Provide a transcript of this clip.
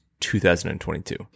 2022